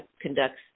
conducts